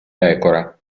pecora